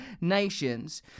nations